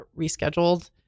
rescheduled